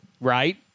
right